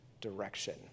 direction